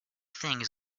things